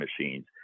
machines